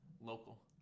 local